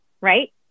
Right